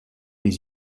les